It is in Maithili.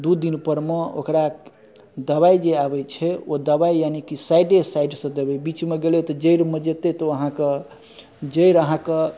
दू दिनपर मे ओकरा दबाइ जे आबै छै ओ दबाइ यानिकी साइडे साइडसे देबै बीचमे गेलै तऽ जरिमे जेत्तै तऽ अहाँके जरि अहाँके